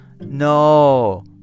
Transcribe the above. No